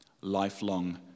lifelong